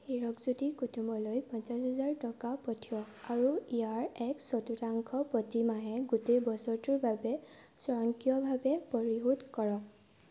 হিৰকজ্যোতি কুতুমলৈ পঞ্চাছ হাজাৰ টকা পঠিয়াওক আৰু ইয়াৰ এক চতুৰ্থাংশ প্ৰতি মাহে গোটেই বছৰটোৰ বাবে স্বয়ংক্ৰিয়ভাৱে পৰিশোধ কৰক